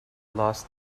last